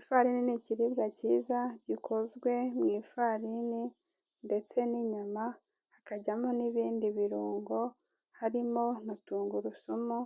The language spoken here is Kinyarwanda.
Ifarini ni ikiribwa cyiza gikozwe mu ifarini ndetse n'inyama, hakajyamo n'ibindi birungo. Harimo na tungurusumu